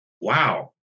Wow